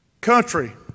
Country